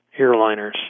airliners